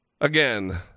Again